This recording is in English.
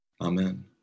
Amen